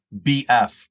bf